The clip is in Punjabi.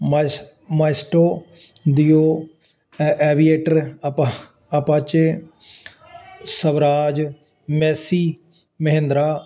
ਮਾਇਸ ਮਾਇਸਟੋ ਦੀਓ ਐ ਐਵੀਏਟਰ ਅਪਾ ਅਪਾਚੇ ਸਵਰਾਜ ਮੈਸੀ ਮਹਿੰਦਰਾ